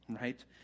right